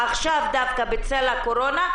דווקא עכשיו בצל הקורונה,